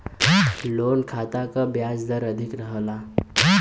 loan खाता क ब्याज दर अधिक रहला